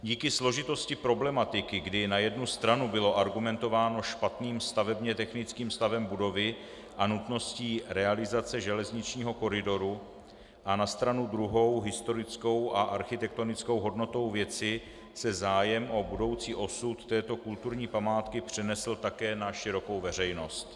Díky složitosti problematiky, kdy na jednu stranu bylo argumentováno špatným stavebně technickým stavem budovy a nutností realizace železničního koridoru a na stranu druhou historickou a architektonickou hodnotou věci, se zájem o budoucí osud této kulturní památky přenesl také na širokou veřejnost.